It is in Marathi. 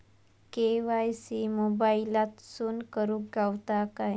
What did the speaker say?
के.वाय.सी मोबाईलातसून करुक गावता काय?